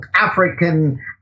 African